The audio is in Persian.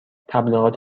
تبلیغات